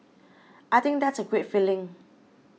I think that's a great feeling